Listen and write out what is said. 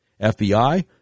FBI